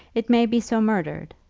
it may be so murdered,